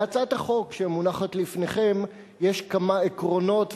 בהצעת החוק שמונחת לפניכם יש כמה עקרונות,